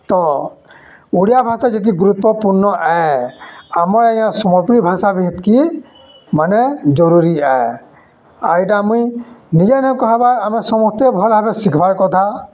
ତ ଓଡ଼ିଆ ଭାଷା ଯେତ୍କି ଗୁରୁତ୍ୱପୂର୍ଣ୍ଣ ଆଏ ଆମର୍ ଆଜ୍ଞା ସମ୍ବଲପୁରୀ ଭାଷା ବି ହେତ୍କି ମାନେ ଜରୁରୀ ଆଏ ଆର୍ ଇଟା ମୁଇଁ ନିଜେ ନାଇ କହେବାର୍ ଆମେ ସମସ୍ତେ ଇଟା ଭଲ୍ ଭାବେ ଶିଖବାର୍ କଥା